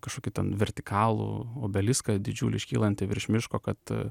kažkokį ten vertikalų obeliską didžiulį iškylantį virš miško kad